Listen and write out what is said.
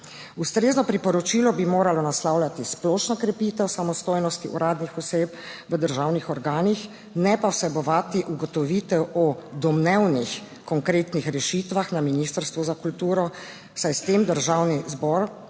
Ustrezno priporočilo bi moralo naslavljati splošno krepitev samostojnosti uradnih oseb v državnih organih, ne pa vsebovati ugotovitev o domnevnih konkretnih rešitvah na Ministrstvu za kulturo, saj s tem Državni zbor